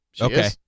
Okay